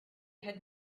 had